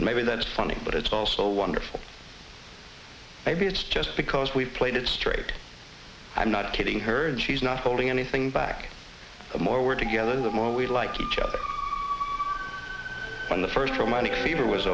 and maybe that is funny but it's also wonderful maybe it's just because we've played it straight i'm not kidding heard she's not holding anything back the more we're together the more we like each other on the first romantic fever was